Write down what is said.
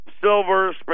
silver